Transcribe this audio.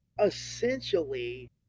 essentially